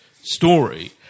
story